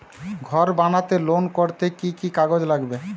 ঘর বানাতে লোন করতে কি কি কাগজ লাগবে?